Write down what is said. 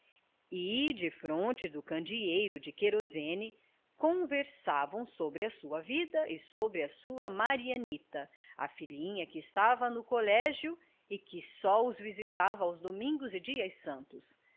e defronte do candeeiro de querosene conversavam sobre a sua vida e sobre a sua marianita a filhinha que estava no colégio e que só os visitava aos domingos e dias santos